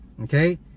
Okay